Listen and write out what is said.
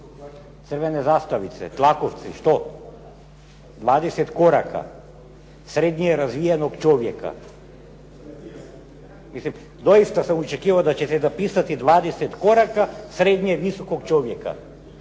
crvene zastavice, tlakovci. Što? 20 koraka, srednje razvijenog čovjeka. Mislim doista sam očekivao da ćete napisati 20 koraka srednje visokog čovjeka,